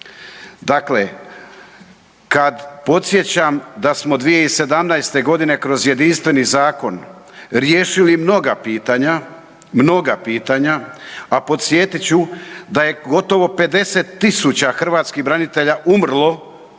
Dakle, podsjećam da smo 2017. godine kroz jedinstveni zakon riješili mnoga pitanja, a podsjetit ću da je gotovo 50000 hrvatskih branitelja umrlo